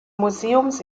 museums